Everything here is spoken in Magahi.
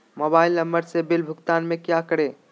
मोबाइल नंबर से बिल भुगतान में क्या करें?